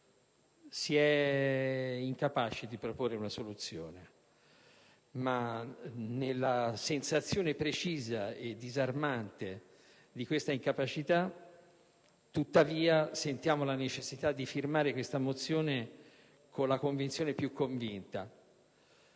Si è incapaci di proporre una soluzione. Tuttavia, pur nella sensazione precisa e disarmante di questa incapacità, abbiamo sentito la necessità di firmare questa mozione, con la convinzione più convinta: